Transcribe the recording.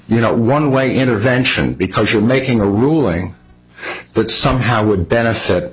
you know one way intervention because you're making a ruling that somehow would benefit